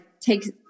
take